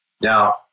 Now